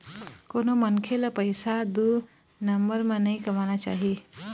कोनो मनखे ल पइसा दू नंबर म नइ कमाना चाही